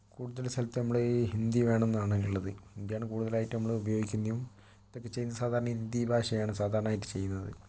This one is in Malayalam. കൂടുതല് സ്ഥലത്തും നമ്മുടെ ഈ ഹിന്ദി വേണമെന്നാണ് ഉള്ളത് ഹിന്ദിയാണ് കൂടുതലായിട്ടും നമ്മള് ഉപയോഗിക്കുന്നതും ഇപ്പൊ ഇത് ചെയ്യുന്നത് സാധാരണ ഹിന്ദി ഭാഷയാണ് സാധാരണ ആയിട്ട് ചെയ്യുന്നത്